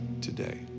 today